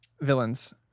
villains